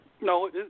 No